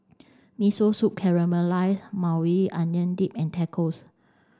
Miso Soup Caramelized Maui Onion Dip and Tacos